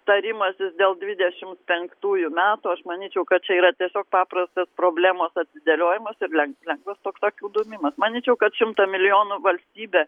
tarimasis dėl dvidešimt penktųjų metų aš manyčiau kad čia yra tiesiog paprastas problemos atidėliojimas ir leng lengvas toks akių dūmimas manyčiau kad šimtą milijonų valstybė